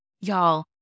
Y'all